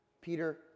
Peter